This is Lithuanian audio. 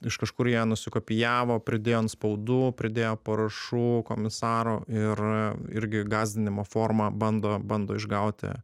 iš kažkur jie nusikopijavo pridėjo antspaudų pridėjo parašų komisarų ir irgi gąsdinimo forma bando bando išgauti